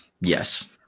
Yes